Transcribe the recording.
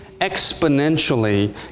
exponentially